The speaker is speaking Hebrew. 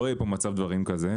לא יהיה פה מצב דברים כזה,